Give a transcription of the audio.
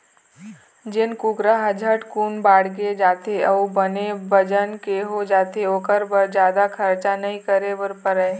जेन कुकरा ह झटकुन बाड़गे जाथे अउ बने बजन के हो जाथे ओखर बर जादा खरचा नइ करे बर परय